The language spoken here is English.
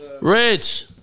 Rich